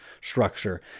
structure